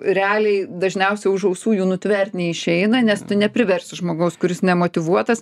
realiai dažniausiai už ausų jų nutvert neišeina nes tu nepriversi žmogaus kuris nemotyvuotas